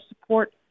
support